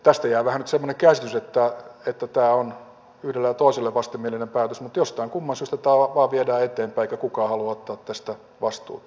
tästä jää vähän nyt semmoinen käsitys että tämä on yhdelle ja toiselle vastenmielinen päätös mutta jostain kumman syystä tämä vain viedään eteenpäin eikä kukaan halua ottaa tästä vastuuta